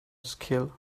skill